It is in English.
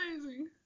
Amazing